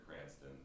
Cranston